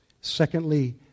Secondly